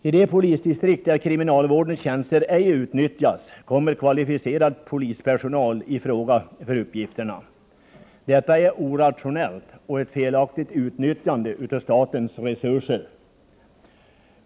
I polisdistrikt där kriminalvårdens tjänster ej utnyttjas kommer kvalificerad polispersonal i fråga för uppgifterna. Detta är orationellt och ett felaktigt utnyttjande av statens resurser.